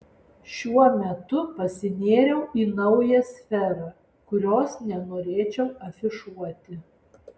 šiuo metu pasinėriau į naują sferą kurios nenorėčiau afišuoti